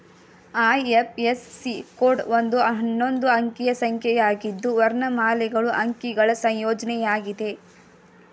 IFSC code ಒಂದು ಹನ್ನೊಂದು ಅಂಕಿಯ ಸಂಖ್ಯೆಯಾಗಿದ್ದು ವರ್ಣಮಾಲೆಗಳು ಅಂಕಿಗಳ ಸಂಯೋಜ್ನಯಾಗಿದೆ